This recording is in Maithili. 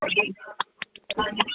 ईसब काज नहि